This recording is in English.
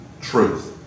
truth